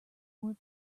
more